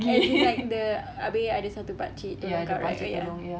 as in like they abeh ada satu pakcik tolong kau right ya